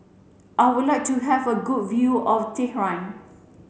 I would like to have a good view of Tehran